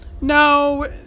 no